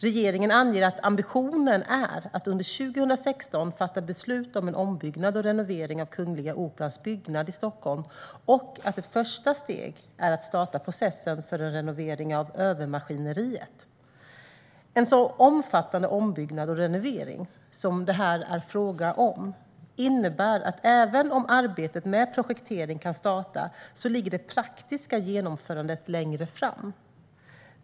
Regeringen anger att ambitionen är att under 2016 fatta beslut om en ombyggnad och renovering av Kungliga Operans byggnad i Stockholm och att ett första steg är att starta processen för en renovering av övermaskineriet. En så omfattande ombyggnad och renovering som det här är fråga om innebär att det praktiska genomförandet ligger längre fram i tiden, även om arbetet med projektering kan starta nu.